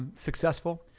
and successful.